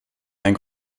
ein